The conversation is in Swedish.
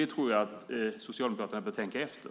Här bör Socialdemokraterna tänka efter.